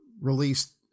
released